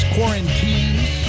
Quarantines